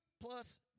plus